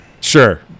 sure